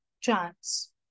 chance